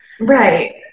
Right